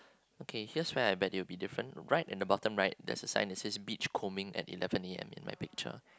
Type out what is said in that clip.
okay here's where I bet you it will be different right at the bottom right there's a sign that says beach combing at eleven A_M in my picture